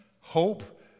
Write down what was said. hope